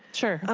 sure.